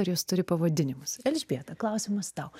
ar jos turi pavadinimus elžbieta klausimas tau